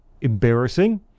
embarrassing